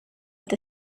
with